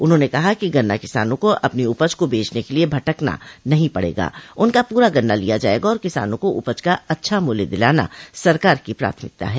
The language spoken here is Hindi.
उन्होंने कहा कि गन्ना किसानों को अपनी उपज को बचने क लिये भटकना नहीं पड़ेगा उनका पूरा गन्ना लिया जायेगा और किसानों को उपज का अच्छा मूल्य दिलाना सरकार की प्राथमिकता है